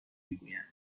میگویند